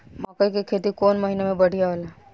मकई के खेती कौन महीना में बढ़िया होला?